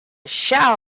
shall